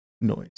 noise